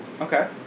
okay